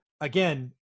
again